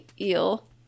eel